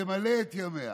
תמלא את ימיה.